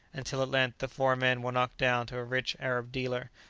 until at length the four men were knocked down to a rich arab dealer,